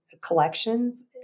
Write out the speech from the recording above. collections